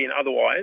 otherwise